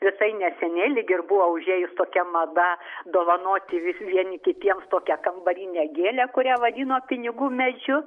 visai neseniai lyg ir buvo užėjus tokia mada dovanoti vi vieni kitiems tokią kambarinę gėlę kurią vadino pinigų medžiu